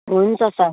हुन्छ सर